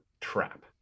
trap